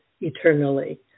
eternally